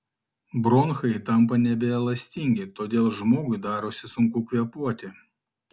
bronchai tampa nebeelastingi todėl žmogui darosi sunku kvėpuoti